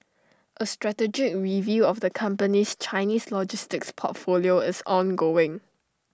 A strategic review of the company's Chinese logistics portfolio is ongoing